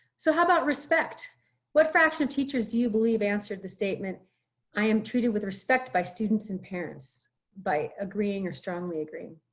so how about respect what fraction of teachers do you believe, answered the statement i am treated with respect by students and parents by agreeing or strongly agree.